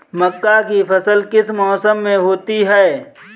मक्का की फसल किस मौसम में होती है?